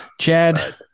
Chad